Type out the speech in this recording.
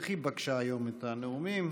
תפתחי בבקשה היום את הנאומים.